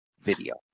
video